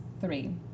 Three